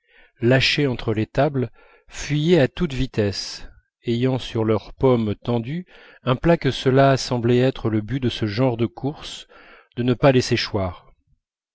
lâchés entre les tables fuyaient à toute vitesse ayant sur leur paumes tendues un plat que cela semblait être le but de ce genre de courses de ne pas laisser choir